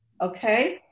okay